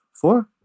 Four